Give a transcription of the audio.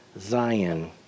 Zion